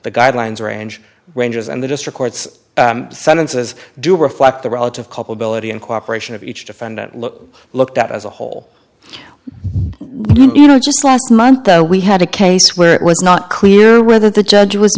the guidelines range ranges and the district courts sentences do reflect the relative culpability and cooperation of each defendant look looked at as a whole you know just last month we had a case where it was not clear whether the judge was